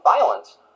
violence